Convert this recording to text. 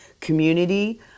community